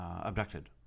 abducted